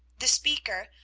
the speaker,